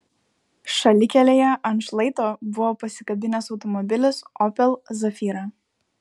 šalikelėje ant šlaito buvo pasikabinęs automobilis opel zafira